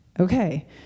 okay